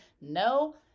No